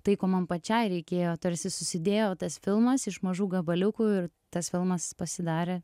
tai ko man pačiai reikėjo tarsi susidėjo tas filmas iš mažų gabaliukų ir tas filmas pasidarė